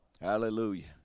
Hallelujah